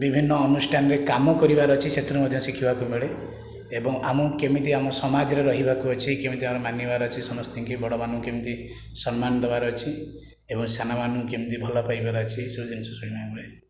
ବିଭିନ୍ନ ଅନୁଷ୍ଠାନରେ କାମ କରିବାର ଅଛି ସେଥିରୁ ମଧ୍ୟ ଶିଖିବାକୁ ମିଳେ ଏବଂ ଆମକୁ କେମିତି ଆମ ସମାଜରେ ରହିବାକୁ ଅଛି କେମିତି ଆମର ମାନିବାର ଅଛି ସମସ୍ତଙ୍କି ବଡ଼ମାନଙ୍କୁ କେମିତି ସମ୍ମାନ ଦେବାର ଅଛି ଏବଂ ସାନମାନଙ୍କୁ କେମିତି ଭଲ ପାଇବାର ଅଛି ଏସବୁ ଜିନିଷ ଶୁଣିବାକୁ ମିଳେ